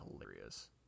hilarious